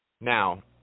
Now